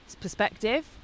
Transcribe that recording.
perspective